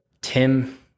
Tim